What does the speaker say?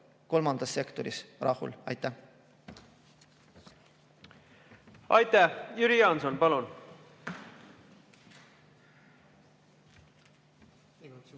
kolmandas sektoris rahul! Aitäh! Jüri Jaanson, palun!